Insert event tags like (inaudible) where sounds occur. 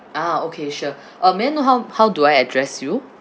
ah okay sure (breath) uh may I know how how do I address you